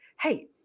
hey